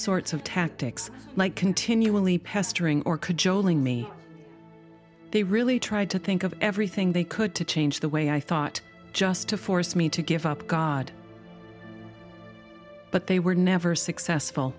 sorts of tactics like continually pestering or cajoling me they really tried to think of everything they could to change the way i thought just to force me to give up god but they were never successful